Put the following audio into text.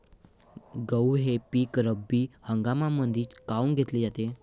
गहू हे पिक रब्बी हंगामामंदीच काऊन घेतले जाते?